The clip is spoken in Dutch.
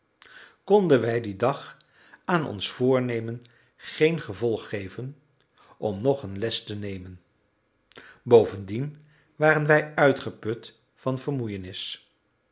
konden wij dien dag aan ons voornemen geen gevolg geven om nog een les te nemen bovendien waren wij uitgeput van vermoeienis